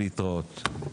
להתראות.